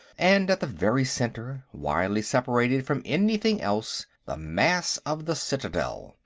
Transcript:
and, at the very center, widely separated from anything else, the mass of the citadel,